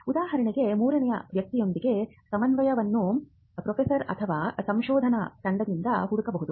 ಉದಾಹರಣೆಗೆ ಮೂರನೇ ವ್ಯಕ್ತಿಯೊಂದಿಗೆ ಸಮನ್ವಯವನ್ನು ಪ್ರೊಫೆಸರ್ ಅಥವಾ ಸಂಶೋಧನಾ ತಂಡದಿಂದ ಹುಡುಕಬಹುದು